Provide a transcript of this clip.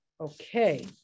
Okay